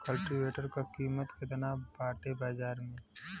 कल्टी वेटर क कीमत केतना बाटे बाजार में?